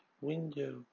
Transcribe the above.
window